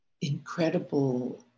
incredible